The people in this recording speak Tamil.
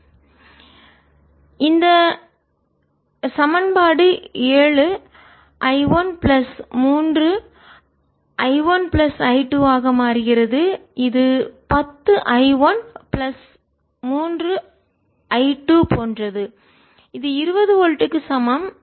II1I2 7I13I1I220V 10I13I220 V எனவே இந்த சமன்பாடு ஏழு I 1 plus 3 I 1 plus I 2 ஆக மாறுகிறது இது 10 I 1 பிளஸ் 3 I 2 போன்றது இது 20 வோல்ட்டுக்கு சமம்